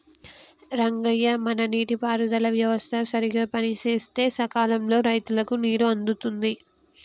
రంగయ్య మన నీటి పారుదల వ్యవస్థ సరిగ్గా పనిసేస్తే సకాలంలో రైతులకు నీరు అందుతుంది